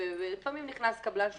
לפעמים נכנס קבלן שיפוצניק,